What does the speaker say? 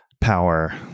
power